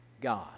God